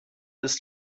ist